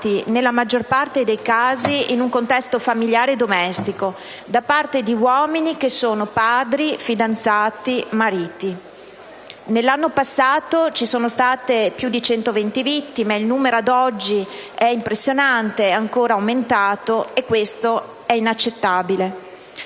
nella maggior parte dei casi in un contesto familiare e domestico da parte di uomini che sono padri, fidanzati e mariti. Nell'anno passato sono state più di 120 vittime e ad oggi il loro numero è impressionante ed è ancora aumentato; questo è inaccettabile.